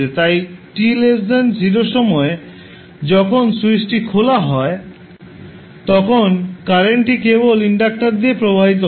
তাই t0 সময়ে যখন স্যুইচটি খোলা হয় তখন কারেন্টটি কেবল ইন্ডাক্টার দিয়ে প্রবাহিত হয়